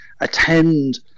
attend